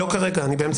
אני מבין